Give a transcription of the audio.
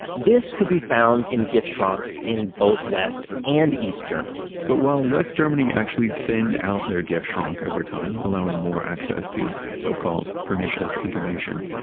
this could be found in giftschranks in both west and east germany but while west germany actually thinned out their giftschrank over time, allowing more access to so-called pernicious information,